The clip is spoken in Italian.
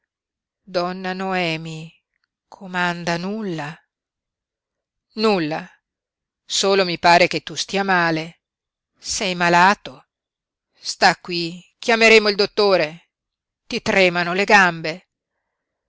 donna noemi comanda nulla nulla solo mi pare che tu stia male sei malato sta qui chiameremo il dottore ti tremano le gambe